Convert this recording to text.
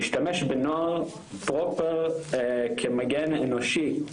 משתמש בנוער פרופר כמגן אנושי,